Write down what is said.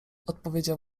odpowiedział